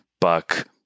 Buck